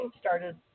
started